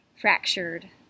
fractured